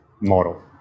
model